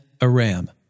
Aram